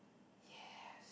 yes